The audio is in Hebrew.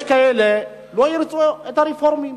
יש כאלה שלא ירצו את הרפורמים.